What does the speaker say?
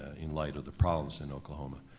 ah in light of the problems in oklahoma.